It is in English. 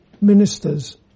ministers